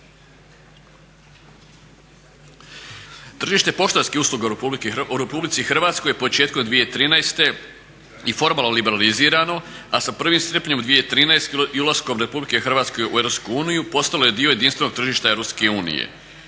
Tržište poštanskih usluga u RH je početkom 2013.i formalno liberalizirano, a sa 1.srpnjem 2013.i ulaskom RH u EU postalo je dio jedinstvenog tržišta EU.